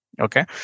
Okay